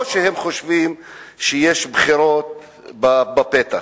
או שהם חושבים שיש בחירות בפתח.